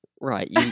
right